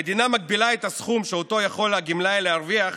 המדינה מגבילה את הסכום שאותו יכול הגמלאי להרוויח,